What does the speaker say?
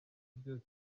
byose